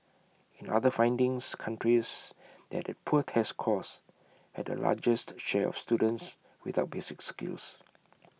in other findings countries that had poor test scores had the largest share of students without basic skills